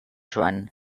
joan